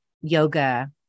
yoga